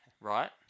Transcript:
right